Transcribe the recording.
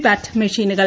പാറ്റ് മെഷീനുകൾ